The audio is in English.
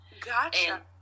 Gotcha